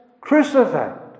crucified